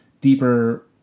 deeper